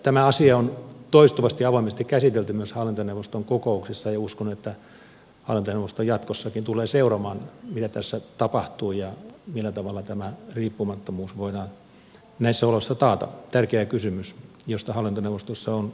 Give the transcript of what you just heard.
tämä asia on toistuvasti avoimesti käsitelty myös hallintoneuvoston kokouksissa ja uskon että hallintoneuvosto jatkossakin tulee seuraamaan mitä tässä tapahtuu ja millä tavalla tämä riippumattomuus voidaan näissä oloissa taata tärkeä kysymys josta hallintoneuvostossa on keskusteltu